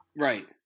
Right